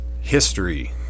History